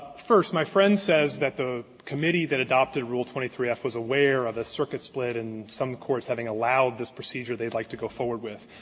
first, my friend says that the committee that adopted rule twenty three f was aware of the circuit split and some courts having allowed this procedure they'd like to go forward with,